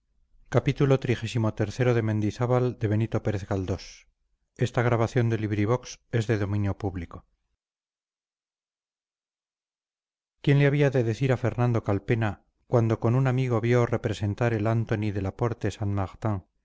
quién le había de decir a fernando calpena cuando con un amigo vio representar el antony en la porte saint martin